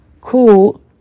cool